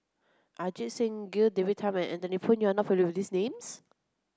Ajit Singh Gill David Tham and Anthony Poon not familiar with these names